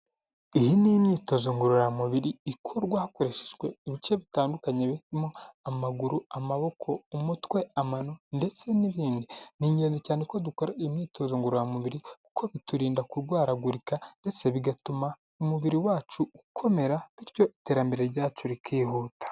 Iyi n’imyitozo ngororamubiri ikorwa hakoreshejwe ibice bitandukanye, birimo amaguru, amaboko, umutwe, amano ndetse n'ibindi. N’ingenzi cyane ko dukora imyitozo ngororamubiri, kuko biturinda kurwaragurika ndetse bigatuma umubiri wacu ukomera, bityo iterambere ryacu rikihuta.